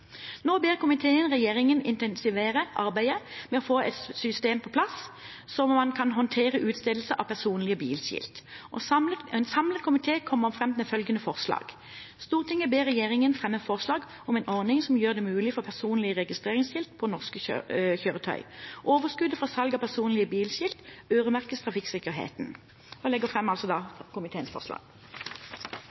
Nå ber komiteen regjeringen intensivere arbeidet med å få et system på plass, så man kan håndtere utstedelsen av personlige bilskilt. En samlet komité kommer med følgende forslag: Stortinget ber regjeringen fremme et forslag om en ordning som gjør det mulig for personlig registreringsskilt på norske kjøretøy. Overskuddet fra salg av personlige bilskilt øremerkes trafikksikkerheten. Jeg anbefaler komiteens tilråding. Jeg vil først takke saksordføreren og komiteens